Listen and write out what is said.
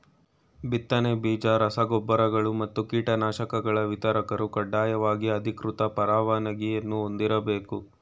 ಬಿತ್ತನೆ ಬೀಜ ರಸ ಗೊಬ್ಬರಗಳು ಮತ್ತು ಕೀಟನಾಶಕಗಳ ವಿತರಕರು ಕಡ್ಡಾಯವಾಗಿ ಅಧಿಕೃತ ಪರವಾನಗಿಯನ್ನೂ ಹೊಂದಿರ್ಬೇಕು